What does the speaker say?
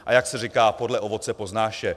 A jak se říká, podle ovoce poznáš je.